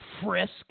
frisk